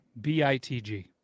B-I-T-G